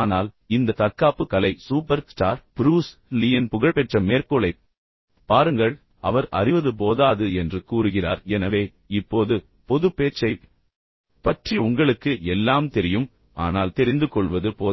ஆனால் இந்த தற்காப்புக் கலை சூப்பர் ஸ்டார் புரூஸ் லீயின் புகழ்பெற்ற மேற்கோளைப் பாருங்கள் அவர் அறிவது போதாது என்று கூறுகிறார் எனவே இப்போது பொதுப் பேச்சைப் பற்றி உங்களுக்கு எல்லாம் தெரியும் ஆனால் தெரிந்துகொள்வது போதாது